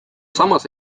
samas